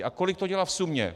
A kolik to dělá v sumě?